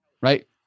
Right